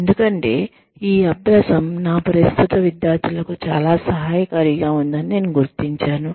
ఎందుకంటే ఈ అభ్యాసం నా ప్రస్తుత విద్యార్థులకు చాలా సహాయకారిగా ఉందని నేను గుర్తించాను